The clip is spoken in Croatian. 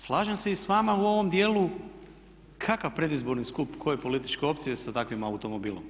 Slažem se i sa vama u ovom dijelu, kakav predizborni skup, koje političke opcije sa takvim automobilom.